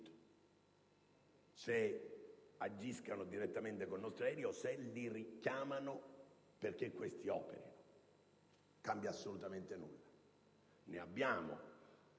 Se agiscono direttamente con nostri aerei o se li richiamano perché questi operino, non cambia assolutamente nulla. Abbiamo